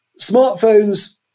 smartphones